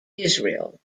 israel